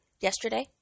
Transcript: yesterday